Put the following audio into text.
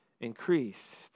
increased